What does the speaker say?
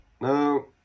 No